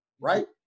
right